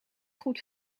goed